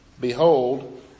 Behold